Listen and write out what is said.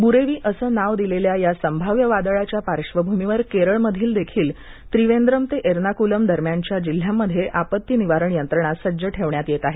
ब्रेवी असं नाव दिलेल्या या संभाव्य वादळाच्या पार्श्वभूमीवर केरळमधील देखील त्रिवेंद्रम ते एर्नाकुलम दरम्यानच्या जिल्ह्यांमध्ये आपत्ती निवारण यंत्रणा सज्ज ठेवण्यात येत आहे